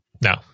No